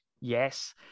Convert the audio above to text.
Yes